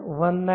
19d